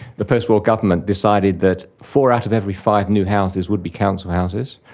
the post-war government decided that four out of every five new houses would be council houses,